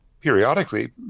periodically